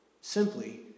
simply